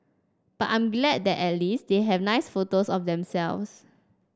but I'm glad that at least they have nice photos of themselves